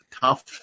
tough